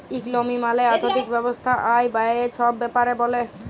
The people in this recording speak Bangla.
ইকলমি মালে আথ্থিক ব্যবস্থা আয়, ব্যায়ে ছব ব্যাপারে ব্যলে